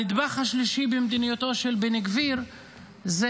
הנדבך השלישי במדיניותו של בן גביר זה